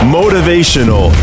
motivational